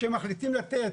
כשמחליטים לתת